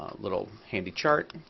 little handy chart,